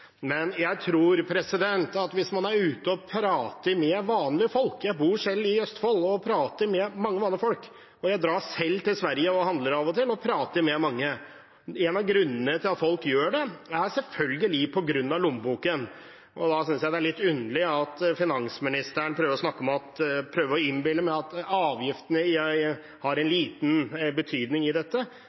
Jeg bor selv i Østfold og prater med mange vanlige folk, og jeg drar selv til Sverige og handler av og til og prater med mange. En av grunnene til at folk gjør det, er selvfølgelig lommeboken. Da synes jeg det er litt underlig at finansministeren prøver å innbille oss at avgiftene har liten betydning i dette. Nei, det er avgiftene som er en av hovedgrunnene til at prisene er såpass mye dyrere i